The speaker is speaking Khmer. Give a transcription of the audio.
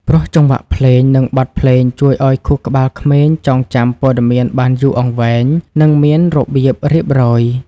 ព្រោះចង្វាក់ភ្លេង និងបទភ្លេងជួយឱ្យខួរក្បាលក្មេងចងចាំព័ត៌មានបានយូរអង្វែង និងមានរបៀបរៀបរយ។